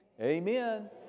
Amen